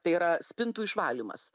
tai yra spintų išvalymas